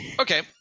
okay